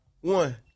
one